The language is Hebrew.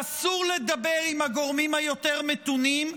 שאסור לדבר עם הגורמים המתונים יותר,